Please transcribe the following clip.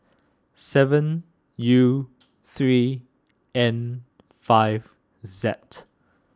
seven U three N five that